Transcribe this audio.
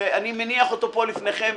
שאני מניח אותו פה לפניכם.